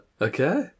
Okay